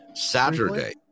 saturday